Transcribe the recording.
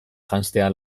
janztea